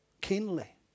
keenly